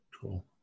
Cool